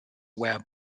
were